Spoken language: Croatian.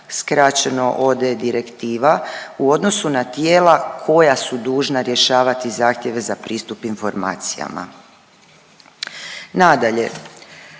skraćeno OD direktiva, u odnosu na tijela koja su dužna rješavati zahtjeve za pristup informacijama. Nadalje,